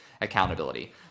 accountability